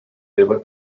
ever